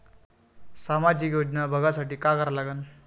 सामाजिक योजना बघासाठी का करा लागन?